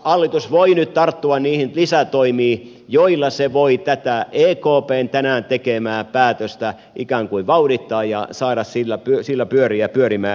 hallitus voi nyt tarttua niihin lisätoimiin joilla se voi tätä ekpn tänään tekemää päätöstä ikään kuin vauhdittaa ja saada sillä pyöriä pyörimään